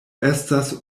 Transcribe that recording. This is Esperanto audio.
estas